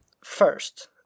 First